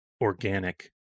organic